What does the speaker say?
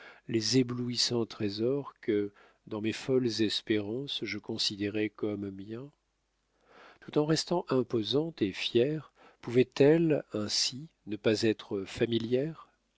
les éblouissants trésors que dans mes folles espérances je considérais comme miens tout en restant imposante et fière pouvait-elle ainsi ne pas être familière